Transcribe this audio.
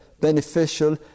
beneficial